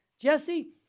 Jesse